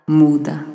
muda